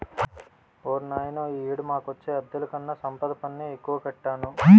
ఓర్నాయనో ఈ ఏడు మాకొచ్చే అద్దెలుకన్నా సంపద పన్నే ఎక్కువ కట్టాను